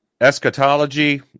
eschatology